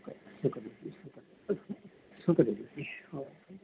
ਕੋਈ ਨਾ ਸ਼ੁਕਰੀਆ ਜੀ ਸ਼ੁਕਰੀਆ ਜੀ ਸ਼ੁਕਰੀਆ ਜੀ ਓਕੇ ਜੀ